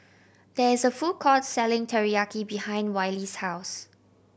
there is a food court selling Teriyaki behind Wiley's house